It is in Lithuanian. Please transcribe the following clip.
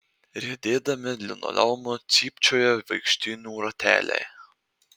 riedėdami linoleumu cypčioja vaikštynių rateliai